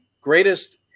greatest